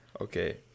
Okay